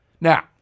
Now